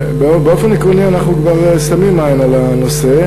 באופן עקרוני אנחנו כבר שמים עין על הנושא,